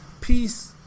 Peace